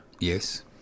Yes